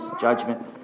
judgment